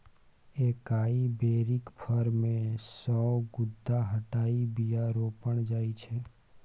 एकाइ बेरीक फर मे सँ गुद्दा हटाए बीया रोपल जाइ छै